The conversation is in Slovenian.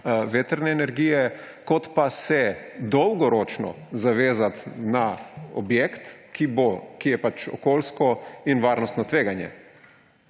vetrne energije, kot pa se dolgoročno zavezati za objekt, ki je okoljsko in varnostno tveganje?